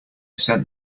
sent